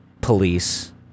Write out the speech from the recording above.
police